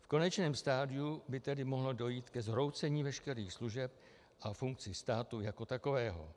V konečném stadiu by tedy mohlo dojít ke zhroucení veškerých služeb a funkcí státu jako takového.